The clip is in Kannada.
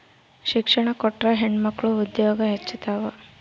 ಶಿಕ್ಷಣ ಕೊಟ್ರ ಹೆಣ್ಮಕ್ಳು ಉದ್ಯೋಗ ಹೆಚ್ಚುತಾವ